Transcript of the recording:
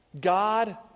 God